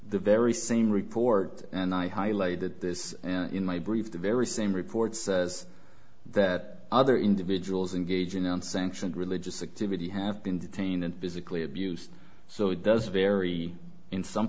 the very same report and i highlighted this in my brief the very same report says that other individuals in gauging on sanctioned religious activity have been detained and physically abused so it does vary in some